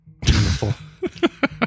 Beautiful